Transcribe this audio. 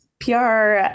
PR